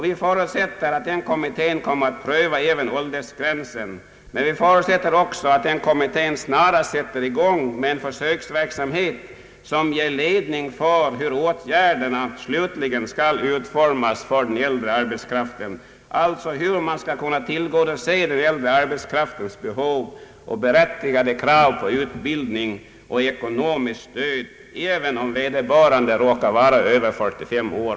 Vi förutsätter att den kommittén kommer att pröva även åldersgränsen, men vi förutsätter också att kommittén snarast sätter i gång en försöksverksamhet som kan ge ledning för hur åtgärderna slutligen skall utformas för den äldre arbetskraften, alltså hur man skall kunna tillgodose den äldre arbetskraftens behov och berättigade krav på utbildning och ekonomiskt stöd även om vederbörande råkar vara över 45 år.